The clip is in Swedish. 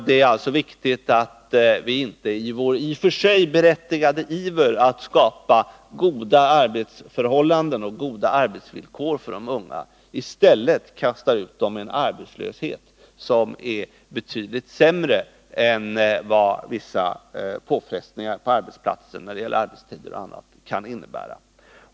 Det är alltså viktigt att vi i vår i och för sig berättigade iver att skapa goda arbetsförhållanden och goda arbetsvillkor för de unga inte i stället kastar ut dem i arbetslöshet, något som är betydligt sämre än vad vissa påfrestningar på arbetsplatsen när det gäller arbetstid och annat kan vara.